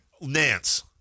Nance